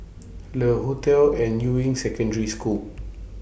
Le Hotel and Yuying Secondary School